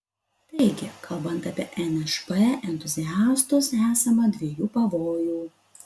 taigi kalbant apie nšp entuziastus esama dviejų pavojų